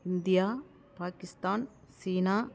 India Pakistan China